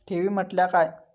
ठेवी म्हटल्या काय?